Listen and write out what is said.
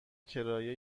کرایه